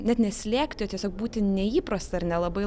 net neslėgti o tiesiog būti neįprasta ir nelabai